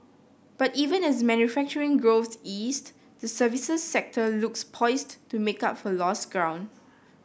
but even as manufacturing growth eased the services sector looks poised to make up for lost ground